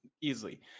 easily